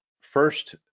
first